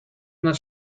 not